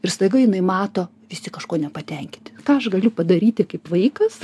ir staiga jinai mato visi kažkuo nepatenkinti ką aš galiu padaryti kaip vaikas